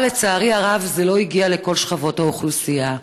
אבל לצערי הרב, זה לא הגיע לכל שכבות האוכלוסייה.